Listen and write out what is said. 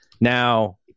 Now